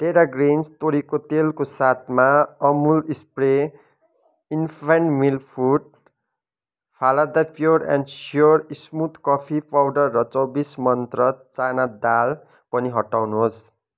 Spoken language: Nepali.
टेरा ग्रिन्स तोरीको तेलको साथमा Amul spray infant milk food Phalada pure and sure smooth coffee powder र चौबिस मन्त्र चाना दाल पनि हटाउनुहोस्